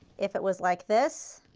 if it was like this